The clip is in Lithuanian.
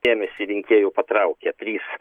ėmėsi rinkėjų patraukė trys